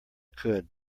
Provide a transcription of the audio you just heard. could